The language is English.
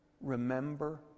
remember